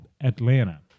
Atlanta